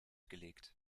gelegt